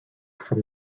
from